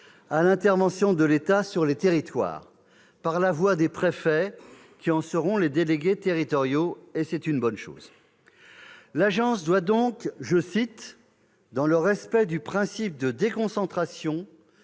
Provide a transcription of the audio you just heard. à l'intervention de l'État sur les territoires » par la voix des préfets qui en seront les « délégués territoriaux ». L'agence doit donc, « dans le respect du principe de déconcentration,